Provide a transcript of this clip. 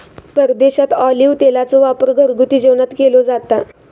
परदेशात ऑलिव्ह तेलाचो वापर घरगुती जेवणात केलो जाता